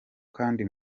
kandi